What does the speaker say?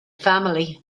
family